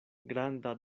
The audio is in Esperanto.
granda